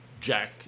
Jack